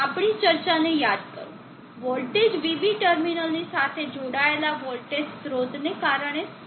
આપણી ચર્ચાને યાદ કરો વોલ્ટેજ vB ટર્મિનલની સાથે જોડાયેલા વોલ્ટેજ સ્ત્રોતને કારણે સ્થિર રહે છે